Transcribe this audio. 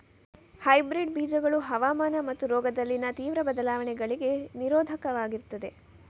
hybrid ಬೀಜಗಳು ಹವಾಮಾನ ಮತ್ತು ರೋಗದಲ್ಲಿನ ತೀವ್ರ ಬದಲಾವಣೆಗಳಿಗೆ ನಿರೋಧಕವಾಗಿರ್ತದೆ